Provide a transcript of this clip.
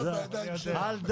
אל דאגה,